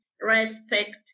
respect